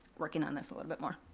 working on this a little bit more.